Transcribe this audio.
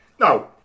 Now